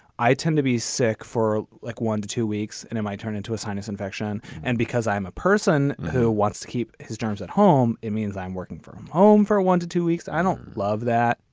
i tend to be sick for like one to two weeks and then i turn into a sinus infection. and because i'm a person who wants to keep his germs at home, it means i'm working from home for one to two weeks. i don't love that.